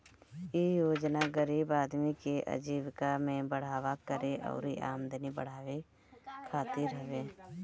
इ योजना गरीब आदमी के आजीविका में बढ़ावा करे अउरी आमदनी बढ़ावे खातिर हवे